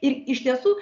ir iš tiesų